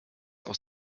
aus